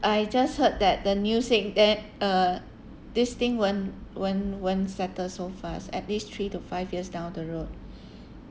I just heard that the news saying that uh this thing won't won't won't settle so fast at least three to five years down the road